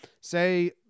say –